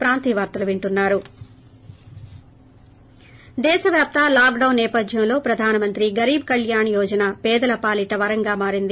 break దేశవ్యాప్త lockdown సేపథ్యంలో ప్రధాన మంత్రి గరీభ్ కళ్యాణ్ యోజన పేదల పాలీట వరంలా మారింది